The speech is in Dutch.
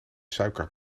suiker